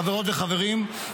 חברות וחברים,